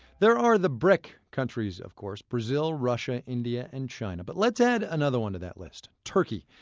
there are the bric countries, of course brazil, russia, india and china. but let's add another one to that list turkey.